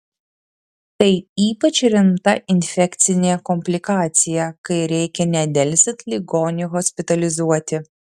tai ypač rimta infekcinė komplikacija kai reikia nedelsiant ligonį hospitalizuoti